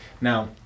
Now